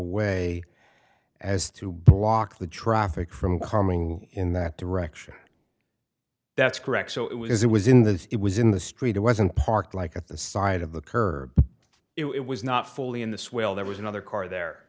way as to block the traffic from coming in that direction that's correct so it was it was in the it was in the street it wasn't parked like at the side of the curb it was not fully in the swale there was another car there